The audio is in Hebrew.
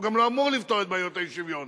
הוא גם לא אמור לפתור את בעיות האי-שוויון,